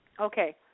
Okay